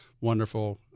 wonderful